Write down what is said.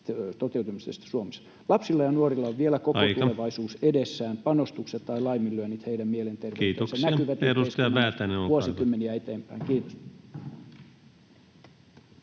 Lapsilla ja nuorilla on vielä [Puhemies: Aika!] koko tulevaisuus edessään. Panostukset tai laiminlyönnit heidän mielenterveyteensä